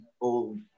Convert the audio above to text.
old